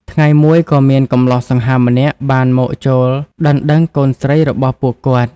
ថ្ងៃមួយ ក៏មានកម្លោះសង្ហាម្នាក់បានមកចូលដណ្តឹងកូនស្រីរបស់ពួកគាត់។